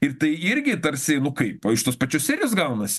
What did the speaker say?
ir tai irgi tarsi nu kaip o iš tos pačios serijos gaunasi